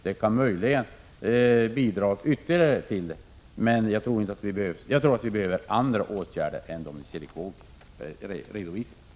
Det kan möjligen bidra till en lösning, men jag tror att vi behöver andra åtgärder än dem Nils Erik Wååg redovisade.